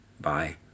Bye